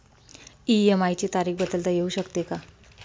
EMI ची तारीख बदलता येऊ शकते का?